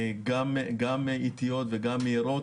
גם איטיות וגם מהירות.